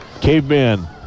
Caveman